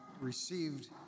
received